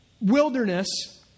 wilderness